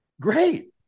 great